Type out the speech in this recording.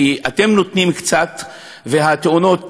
כי אתם נותנים קצת והתאונות